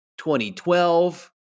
2012